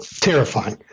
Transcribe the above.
terrifying